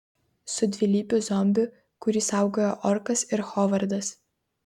su dvilypiu zombiu kurį saugojo orkas ir hovardas